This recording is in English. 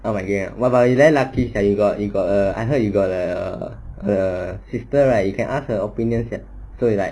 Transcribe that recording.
up my game ah !wah! you very lucky sia you got you got a I heard you got a a sister right you can ask her opinion sia so it's like